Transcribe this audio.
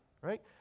right